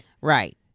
Right